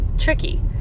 tricky